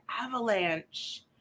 avalanche